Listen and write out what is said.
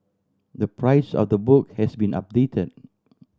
the price of the book has been updated